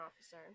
officer